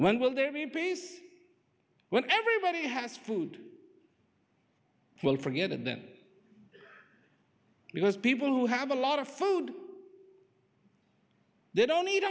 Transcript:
when will there be peace when everybody has food will forget them because people who have a lot of food they don't eat